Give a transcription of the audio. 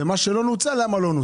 ומה שלא נוצל למה.